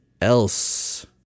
Else